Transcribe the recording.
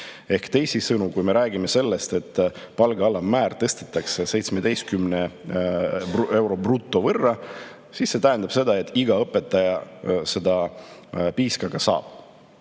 Ehk teisisõnu, kui me räägime sellest, et palga alammäära tõstetakse 17 euro võrra, siis see tähendab, et iga õpetaja selle piisa ka saab.